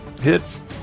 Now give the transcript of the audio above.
Hits